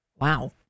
Wow